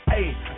Hey